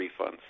refunds